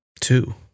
Two